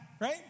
right